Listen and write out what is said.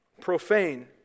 Profane